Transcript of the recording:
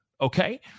okay